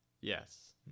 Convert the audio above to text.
Yes